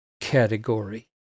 category